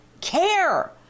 care